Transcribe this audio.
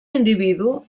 individu